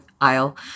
aisle